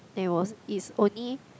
then it was it's only